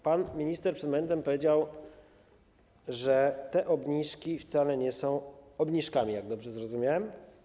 Pan minister przed momentem powiedział, że te obniżki wcale nie są obniżkami, jak dobrze zrozumiałem.